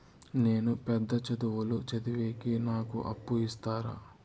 నేను పెద్ద చదువులు చదివేకి నాకు అప్పు ఇస్తారా